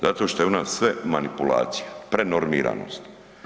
Zato što je u nas sve manipulacija, prenormiranost.